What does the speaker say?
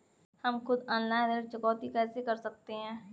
हम खुद ऑनलाइन ऋण चुकौती कैसे कर सकते हैं?